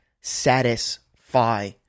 satisfy